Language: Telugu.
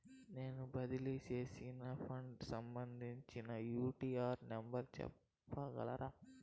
నేను బదిలీ సేసిన ఫండ్స్ సంబంధించిన యూ.టీ.ఆర్ నెంబర్ సెప్పగలరా